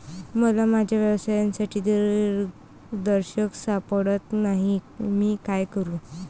मला माझ्या व्यवसायासाठी दिग्दर्शक सापडत नाही मी काय करू?